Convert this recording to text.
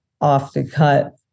off-the-cut